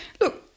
Look